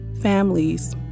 families